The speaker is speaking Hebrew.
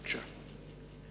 בבקשה.